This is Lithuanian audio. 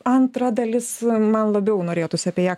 antra dalis man labiau norėtųsi apie ją